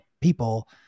people